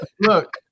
look